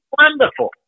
wonderful